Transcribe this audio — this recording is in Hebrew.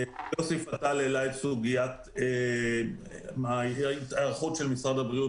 יוסי פתאל העלה את סוגיית ההיערכות של משרד הבריאות